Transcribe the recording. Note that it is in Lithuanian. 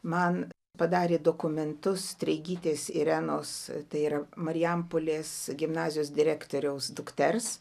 man padarė dokumentus treigytės irenos tai yra marijampolės gimnazijos direktoriaus dukters